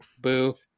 Boo